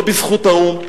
לא בזכות האו"ם,